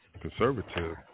conservative